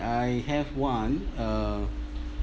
I have one uh